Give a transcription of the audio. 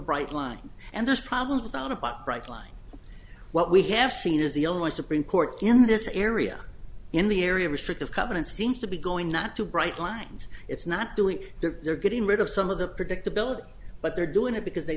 bright line and there's problems with out about bright line what we have seen is the only supreme court in this area in the area restrictive covenants seems to be going not too bright lines it's not doing there they're getting rid of some of the predictability but they're doing it because they